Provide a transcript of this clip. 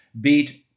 beat